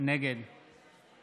נגד